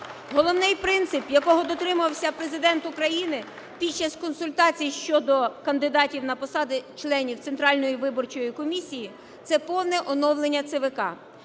Головний принцип, якого дотримувався Президент України під час консультацій щодо кандидатів на посади членів Центральної виборчої комісії, – це повне оновлення ЦВК.